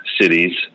Cities